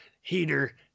Heater